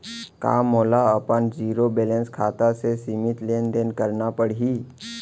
का मोला अपन जीरो बैलेंस खाता से सीमित लेनदेन करना पड़हि?